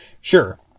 sure